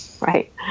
Right